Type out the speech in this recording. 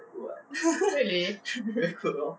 good [what] very good lor